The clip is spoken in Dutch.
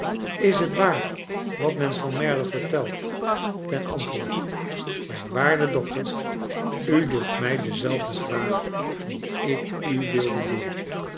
is het waar wat men van merdle vertelt ten antwoord mijn waarde dokter u doet mij dezelfde vraag die ik u wilde doen